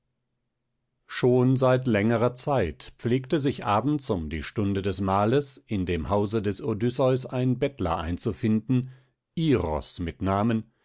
schon seit längerer zeit pflegte sich abends um die stunde des mahles in dem hause des odysseus ein bettler einzufinden iros mit namen